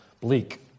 bleak